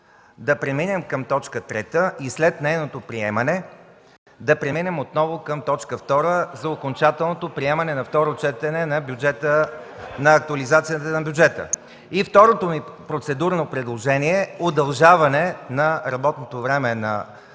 да преминем по точка 3 и след нейното приемане да преминем отново на точка 2 за окончателното приемане на второ четене на актуализацията на бюджета за 2013 г. Второто ми процедурно предложение е удължаване на работното време на